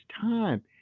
time